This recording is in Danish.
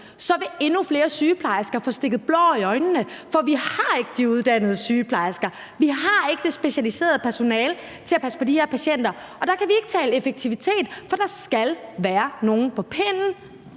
vil endnu flere sygeplejersker få stukket blår i øjnene, for vi har ikke de uddannede sygeplejersker. Vi har ikke det specialiserede personale til at passe på de her patienter. Og der kan vi ikke tale effektivitet, for der skal være nogle på pinden